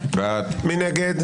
מי נגד?